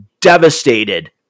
devastated